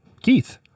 Keith